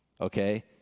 Okay